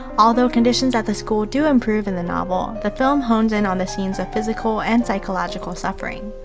although conditions at the school do improve in the novel, the film hones in on the scenes of physical and psychological suffering.